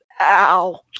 ow